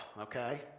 okay